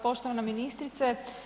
Poštovana ministrice.